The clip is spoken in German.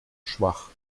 schwach